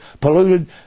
polluted